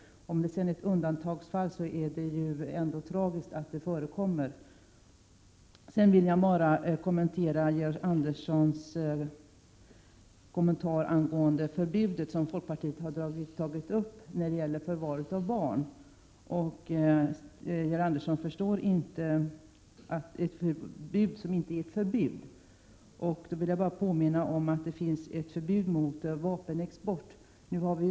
Även om det rör sig om undantagsfall är det ju tragiskt att sådant förekommer. Sedan vill jag bara bemöta Georg Anderssons kommentar angående förbudet som folkpartiet har fört fram när det gäller förvar av barn. Georg Andersson förstår inte ett förbud som inte är ett förbud. Jag vill bara påminna om att det finns ett förbud mot vapenexport också.